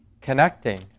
connecting